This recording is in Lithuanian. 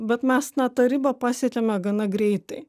bet mes na tą ribą pasiekiame gana greitai